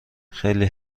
خیلی